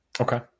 Okay